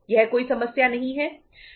यह कोई समस्या नहीं है